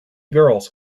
girls